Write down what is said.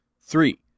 Three